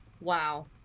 Wow